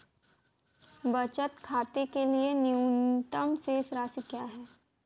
बचत खाते के लिए न्यूनतम शेष राशि क्या है?